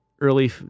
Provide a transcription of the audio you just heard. early